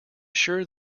sure